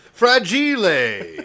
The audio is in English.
Fragile